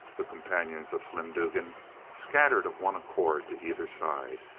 the companions of slim dugan scattered of one accord to either side.